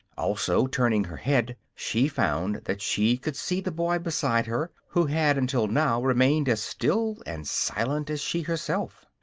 also, turning her head, she found that she could see the boy beside her, who had until now remained as still and silent as she herself.